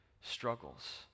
struggles